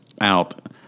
out